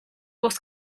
was